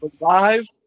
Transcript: Live